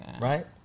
right